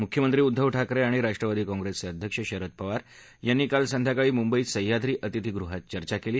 मुख्यमंत्री उद्धव ठाकरे आणि राष्ट्रवादी कॉंप्रेसचे अध्यक्ष शरद पवार यांनी काल संध्याकाळी मुंबईत सह्याद्री अतिथीगृहात चर्चा केली